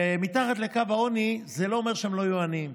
מתחת לקו העוני זה לא אומר שהם לא יהיו עניים,